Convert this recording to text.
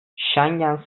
schengen